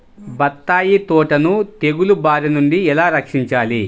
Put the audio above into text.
బత్తాయి తోటను తెగులు బారి నుండి ఎలా రక్షించాలి?